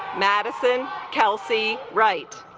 madison kelsey right